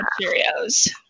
Cereals